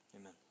amen